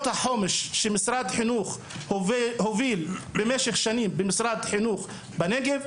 החומש אותן הוביל במשך שנים משרד החינוך בנגב,